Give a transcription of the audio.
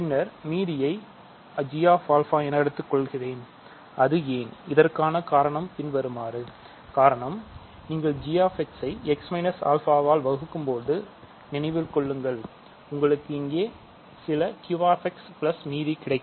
பின்னர்மீதியை gமீதி கிடைக்கும்